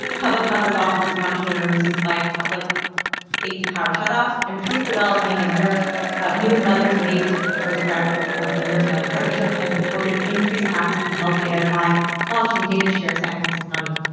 public health has also respond to emergencies like public safety power shut offs, improve the well being of nurses of new mothers and babies with the first practice of the nurse family partnership and supported increased access to health data by launching data share santa cruz county.